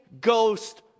Ghost